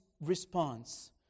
response